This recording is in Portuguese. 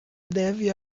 deve